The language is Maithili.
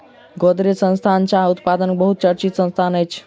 गोदरेज संस्थान चाह उत्पादनक बहुत चर्चित संस्थान अछि